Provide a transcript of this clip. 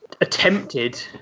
attempted